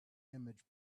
image